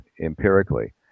empirically